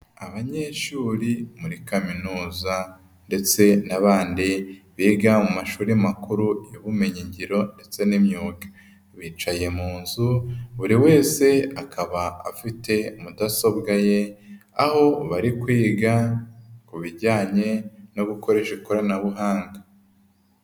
Abanyeshuri muri kaminuza ndetse n'abandi biga mu mashuri makuru y'ubumenyingiro ndetse n'imyuga bicaye mu nzu, buri wese akaba afite mudasobwa ye aho bari kwiga ku bijyanye no gukoresha ikoranabuhanga.